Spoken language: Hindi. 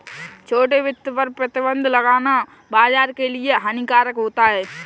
छोटे वित्त पर प्रतिबन्ध लगाना बाज़ार के लिए हानिकारक होता है